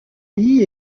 lee